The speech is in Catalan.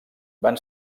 van